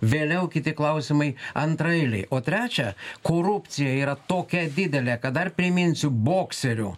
vėliau kiti klausimai antraeiliai o trečia korupcija yra tokia didelė kad dar priminsiu bokserio